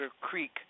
Creek